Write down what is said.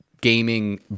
gaming